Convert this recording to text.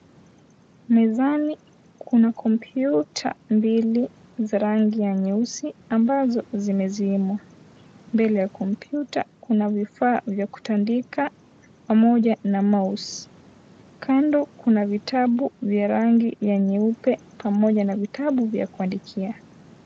Mezani kuna komputa mbili za rangi ya nyeusi ambazo zimezimwa mbele ya komputa kuna vifaa vya kutandika pamoja na mouse . Kando kuna vitabu vya rangi ya nyeupe pamoja na vitabu vya kuandikia.